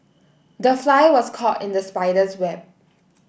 the fly was caught in the spider's web